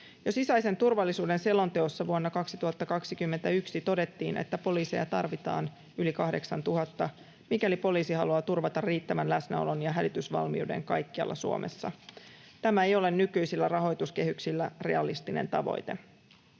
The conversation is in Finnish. sisäisen turvallisuuden selonteossa vuonna 2021 todettiin, että poliiseja tarvitaan yli 8 000, mikäli poliisi haluaa turvata riittävän läsnäolon ja hälytysvalmiuden kaikkialla Suomessa. Tämä ei ole nykyisillä rahoituskehyksillä realistinen tavoite.